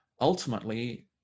ultimately